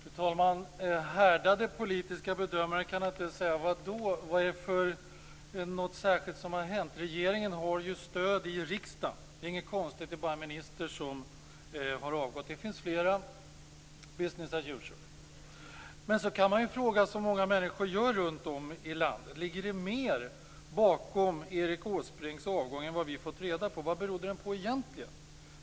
Fru talman! Härdade politiska bedömare kan naturligtvis säga: Vadå? Vad är det för särskilt som har hänt? Regeringen har ju stöd i riksdagen. Det är inget konstigt. Det är bara en minister som har avgått. Det finns flera. Business as usual. Men man kan också fråga, som många människor gör runt om i landet: Ligger det mer bakom Erik Åsbrinks avgång än vad vi har fått reda på? Vad berodde den på egentligen?